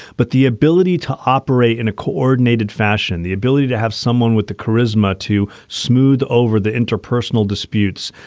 but the ability to operate in a coordinated fashion, the ability to have someone with the charisma, to smooth over the interpersonal disputes,